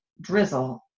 drizzle